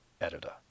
Editor